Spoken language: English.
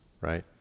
right